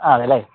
ആ അതെ അല്ലെ